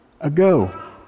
ago